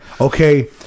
Okay